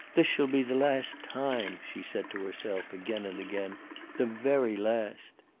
this shall be the last time, she said to herself again and again the very last.